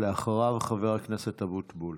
אחריו, חבר הכנסת אבוטבול.